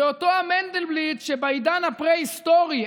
זה אותו המנדלבליט שבעידן הפרה-היסטורי,